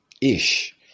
ish